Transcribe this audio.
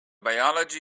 biology